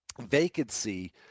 vacancy